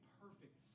perfect